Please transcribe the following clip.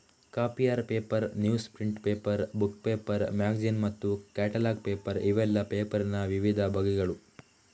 copier paper, news print paper, book paper, magazine ಮತ್ತು catalogue paper ಇವೆಲ್ಲ ಪೇಪರಿನ ವಿವಿಧ ಬಗೆಗಳು